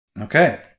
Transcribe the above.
Okay